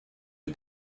are